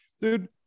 Dude